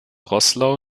roßlau